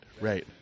Right